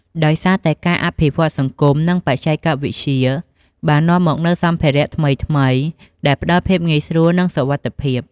ដោយសារតែការអភិវឌ្ឍន៍សង្គម និងបច្ចេកវិទ្យាបាននាំមកនូវសម្ភារៈថ្មីៗ ដែលផ្តល់ភាពងាយស្រួល និងសុវត្ថិភាព។